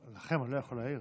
לכם אני לא יכול להעיר.